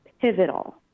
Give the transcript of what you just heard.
pivotal